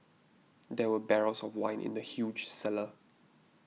there were barrels of wine in the huge cellar